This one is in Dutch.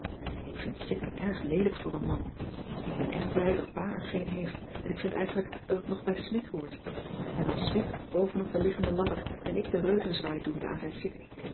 ik vind sikken erg leelijk voor een man ik ben echt blij dat pa er geen heeft en ik vind eigenlijk dat het nog bij smidt hoort en dan smidt boven op de liggende ladder en ik de reuzenzwaai doende aan